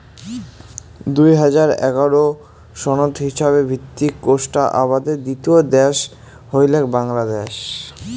দুই হাজার এগারো সনত হিছাবে ভিত্তিক কোষ্টা আবাদের দ্বিতীয় দ্যাশ হইলেক বাংলাদ্যাশ